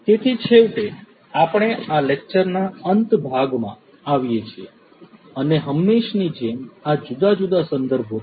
તેથી છેવટે આપણે આ લેકચરના અંત ભાગમાં આવીએ છીએ અને હંમેશની જેમ આ જુદા જુદા સંદર્ભો છે